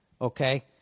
okay